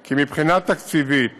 כי מבחינה תקציבית